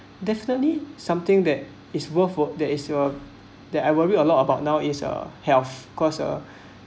definitely something that is worth of that is a that I worry a lot about now is uh health cause uh